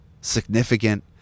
significant